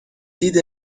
دید